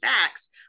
Facts